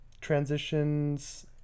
Transitions